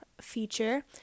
feature